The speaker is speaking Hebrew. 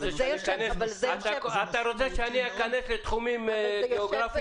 --- אבל זה המשך --- אתה רוצה שאני אכנס לתחומים גיאוגרפיים